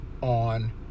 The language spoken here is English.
on